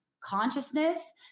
consciousness